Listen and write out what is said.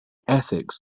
ethics